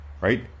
right